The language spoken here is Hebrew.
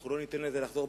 אנחנו לא ניתן לזה לחזור.